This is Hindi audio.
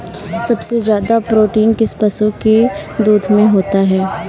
सबसे ज्यादा प्रोटीन किस पशु के दूध में होता है?